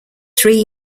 three